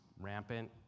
rampant